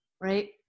right